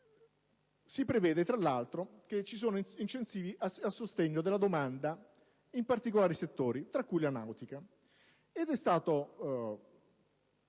si prevedono tra l'altro incentivi a sostegno della domanda in particolari settori, tra cui la nautica,